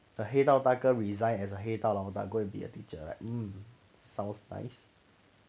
the 黑道大哥 resigned as 黑道老大 go and be a teacher like hmm sounds nice